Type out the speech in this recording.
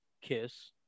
kiss